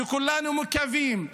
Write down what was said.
וכולנו מקווים,